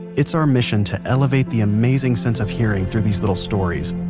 it's our mission to elevate the amazing sense of hearing through these little stories,